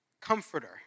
comforter